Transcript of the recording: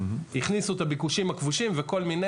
הכניסו את הביקושים הכבושים וכל מיני,